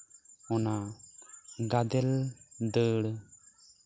ᱚᱱᱟ ᱜᱟᱫᱮᱞ ᱫᱟᱹᱲ